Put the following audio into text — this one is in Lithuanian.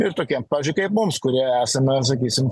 ir tokiem pavyzdžiui kaip mums kurie esame sakysim